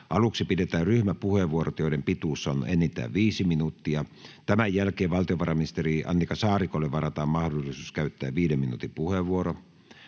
Aluksi pidetään ryhmäpuheenvuorot, joiden pituus on enintään 5 minuuttia. Tämän jälkeen valtiovarainministeri Annika Saarikolle varataan mahdollisuus käyttää 5 minuutin puheenvuoro.